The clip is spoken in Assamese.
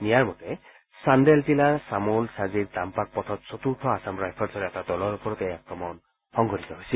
নিয়াৰ মতে চান্দেল জিলাৰ চামোল ছাজিৰ তাম্পাক পথত চতুৰ্থ আছাম ৰাইফল্ছৰ এটা দলৰ ওপৰত এই আক্ৰমণ সংঘটিত হৈছিল